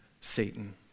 Satan